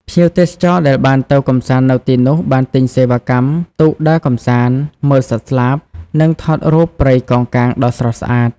ភ្ញៀវទេសចរដែលបានទៅកម្សាន្តនៅទីនោះបានទិញសេវាកម្មទូកដើរកម្សាន្ត មើលសត្វស្លាប និងថតរូបព្រៃកោងកាងដ៏ស្រស់ស្អាត។